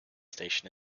station